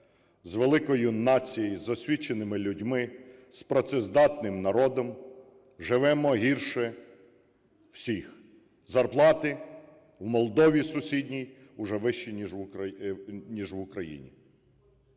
з великою нацією, з освіченими людьми, з працездатним народом живемо гірше всіх. Зарплати в Молдові сусідній вже вище, ніж в Україні.